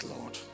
Lord